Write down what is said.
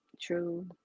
true